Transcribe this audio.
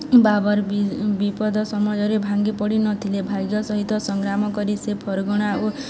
ବାବର ବିପଦ ସମୟରେ ଭାଙ୍ଗି ପଡ଼ିନଥିଲେ ଭାଗ୍ୟ ସହିତ ସଂଗ୍ରାମ କରି ସେ ଫର୍ଗଣା ଓ